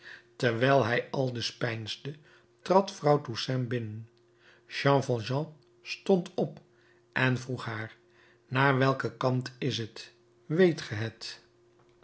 terwijl hij aldus peinsde trad vrouw toussaint binnen jean valjean stond op en vroeg haar naar welken kant is het weet ge het